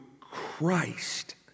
Christ